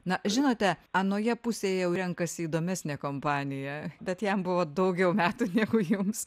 na žinote anoje pusėj jau renkasi įdomesnė kompanija bet jam buvo daugiau metų negu jums